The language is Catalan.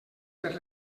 per